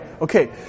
Okay